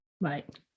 right